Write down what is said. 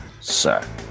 sir